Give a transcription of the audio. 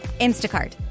Instacart